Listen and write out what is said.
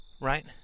Right